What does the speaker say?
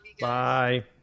bye